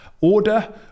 order